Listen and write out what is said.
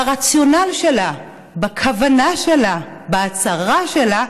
ברציונל שלה, בכוונה שלה, בהצהרה שלה,